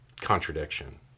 contradiction